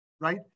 right